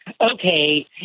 okay